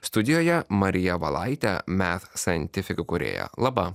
studijoje marija valaitė mef saintifik įkūrėja laba